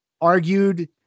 argued